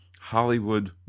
hollywood